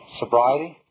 sobriety